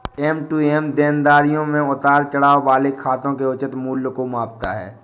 M to M देनदारियों में उतार चढ़ाव वाले खातों के उचित मूल्य को मापता है